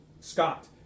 Scott